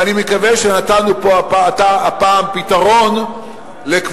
ואני מקווה שהפעם נתנו פה פתרון לקבוצה